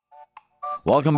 Welcome